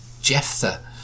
Jephthah